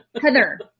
Heather